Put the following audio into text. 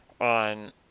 on